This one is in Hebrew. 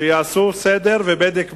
לעשות סדר ובדק בית.